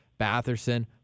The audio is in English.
Batherson